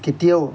কেতিয়াও